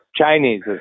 Chinese